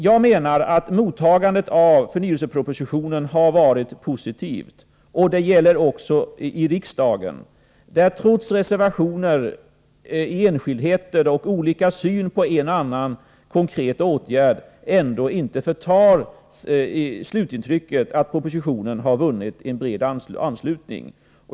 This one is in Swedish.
Jag menar att mottagandet av förnyelsepropositionen har varit positivt, också i riksdagen. Reservationer i enskildheter och olika syn på en och annan konkret åtgärd förtar inte slutintrycket att propositionen här har vunnit en bred anslutning.